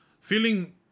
feeling